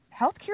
healthcare